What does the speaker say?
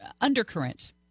undercurrent